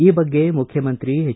ಈ ಬಗ್ಗೆ ಮುಖ್ಯಮಂತ್ರಿ ಹೆಚ್